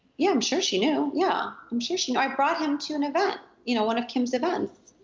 yeah i'm sure she knew. yeah i'm sure she knew, i brought him to an event. you know one of kim's events.